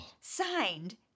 Signed